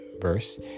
verse